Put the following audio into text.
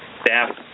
staff